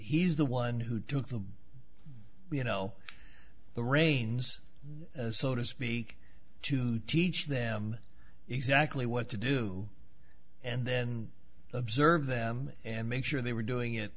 he's the one who took the you know the reins so to speak to teach them exactly what to do and then observe them and make sure they were doing it